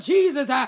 Jesus